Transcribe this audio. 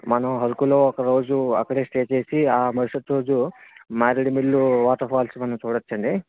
మనం అరుకులో ఒకరోజు అక్కడే స్టే చేసి ఆ మరుసటి రోజు మారేడుమిల్లి వాటర్ఫాల్స్ కొంచెం చూడవచ్చు అండి